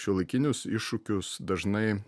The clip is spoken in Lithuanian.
šiuolaikinius iššūkius dažnai